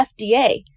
FDA